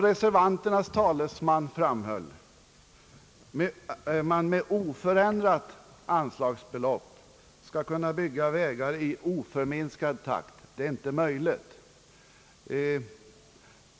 Reservanternas talesman ansåg att det med oförändrat anslagsbelopp skulle gå att bygga vägar i oförminskad takt, men det är inte möjligt.